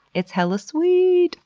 it's hella sweeeet!